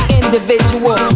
individual